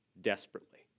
desperately